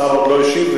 השר עוד לא השיב,